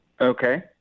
Okay